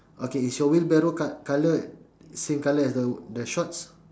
okay is your wheelbarrow col~ colour same colour as the the shorts